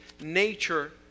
nature